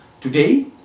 Today